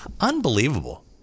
Unbelievable